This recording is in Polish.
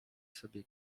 sobie